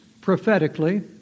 prophetically